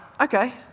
Okay